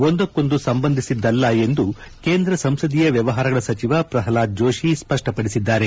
ಒಂದಕ್ಕೊಂದು ಸಂಬಂಧಿಸಿದ್ದಲ್ಲ ಎಂದು ಕೇಂದ್ರ ಸಂಸದೀಯ ವ್ಯವಹಾರಗಳ ಸಚಿವ ಪ್ರಹ್ಲಾದ್ ಜೋಷಿ ಸ್ಪಷ್ವಪಡಿಸಿದ್ದಾರೆ